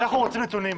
אנחנו רוצים נתונים.